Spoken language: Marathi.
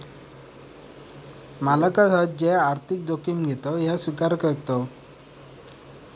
मालकच हत जे आर्थिक जोखिम घेतत ह्या स्विकार करताव